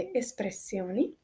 espressioni